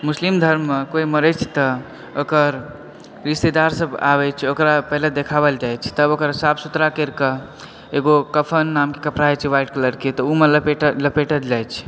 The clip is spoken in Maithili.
मुस्लिम धर्म मे कोइ मरै छै तऽ ओकर रिस्श्तेदार सब आबै छै ओकरा पहिले देखावल जाइ छै तब ओकरा साफ सुथरा करिके एगो कफ़न नामके कपड़ा होइ छै व्हाइट कलर के तऽ ओ मे लपेट लपेटल जाइ छै